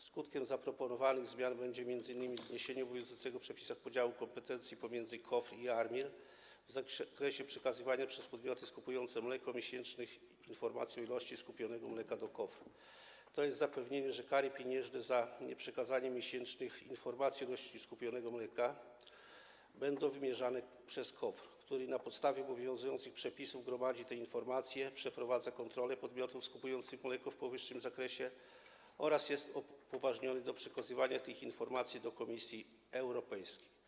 Skutkiem zaproponowanych zmian będzie m.in. zniesienie obowiązującego w przepisach podziału kompetencji pomiędzy KOWR i ARiMR w zakresie przekazywanych przez podmioty skupujące mleko miesięcznych informacji o ilości skupionego mleka do KOWR, tj. zapewnienie, że kary pieniężne za nieprzekazanie miesięcznych informacji odnośnie do skupionego mleka będą wymierzane przez KOWR, który na podstawie obowiązujących przepisów gromadzi te informacje, przeprowadza kontrole podmiotów skupujących mleko w powyższym zakresie oraz jest upoważniony do przekazywania tych informacji do Komisji Europejskiej.